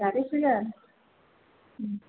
चालीस हज़ार